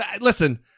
listen